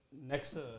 next